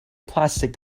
plastic